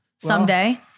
Someday